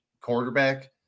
quarterback